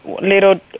little